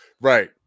Right